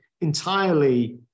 entirely